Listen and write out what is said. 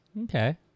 Okay